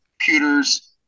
computers